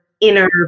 inner